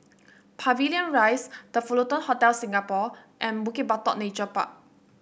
Pavilion Rise The Fullerton Hotel Singapore and Bukit Batok Nature Park